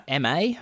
MA